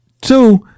Two